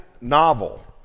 novel